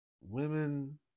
women